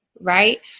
right